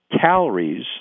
calories